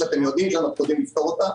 ואתם יודעים שאנחנו יודעים לפתור אותה.